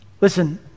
Listen